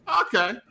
Okay